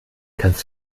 kannst